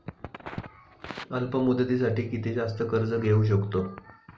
अल्प मुदतीसाठी किती जास्त कर्ज घेऊ शकतो?